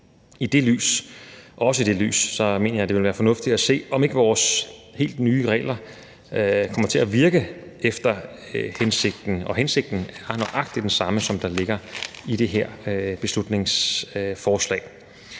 i praksis, og også i det lys mener jeg det ville være fornuftigt at se, om ikke vores helt nye regler kommer til at virke efter hensigten. Og hensigten er nøjagtig den samme, som der ligger i det her beslutningsforslag.